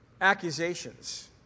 accusations